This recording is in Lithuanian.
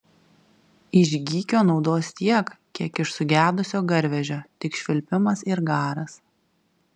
iš gykio naudos tiek kiek iš sugedusio garvežio tik švilpimas ir garas